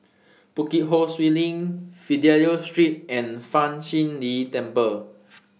Bukit Ho Swee LINK Fidelio Street and Fa Shi Lin Temple